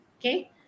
okay